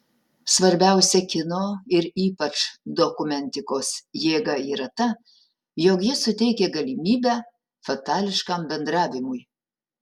svarbiausia kino ir ypač dokumentikos jėga yra ta jog ji suteikia galimybę fatališkam bendravimui